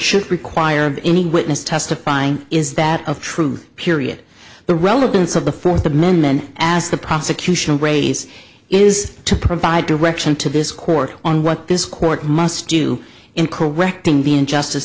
should require of any witness testifying is that of truth period the relevance of the fourth amendment as the prosecution race is to provide direction to this court on what this court must do in correcting the injustice